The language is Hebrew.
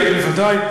"פרי הגליל", בוודאי.